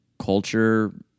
Culture